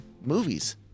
movies